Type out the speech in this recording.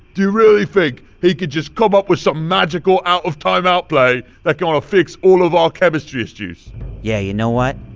do you really think he can just come up with some magical out-of-timeout play that's gonna fix all of our chemistry issues? yeah, you know what?